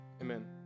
Amen